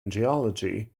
geology